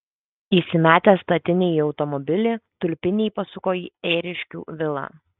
įsimetę statinę į automobilį tulpiniai pasuko į ėriškių vilą